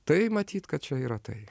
tai matyt kad čia yra tai